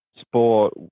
sport